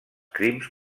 crims